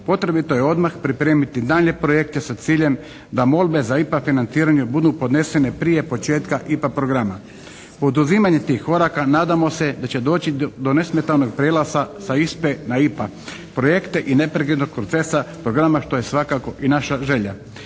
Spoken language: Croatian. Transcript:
potrebito je odmah pripremiti daljnje projekte sa ciljem da molbe za IPA financiranje budu podnesene prije početka IPA programa. Poduzimanjem tih koraka nadamo se da će doći do nesmetanog prelaza sa ISPA-e na IPA projekte i …/Govornik se ne razumije./… programa što je svakako i naša želja.